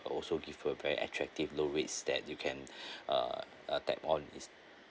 also give a very attractive low rates that you can uh uh tap on is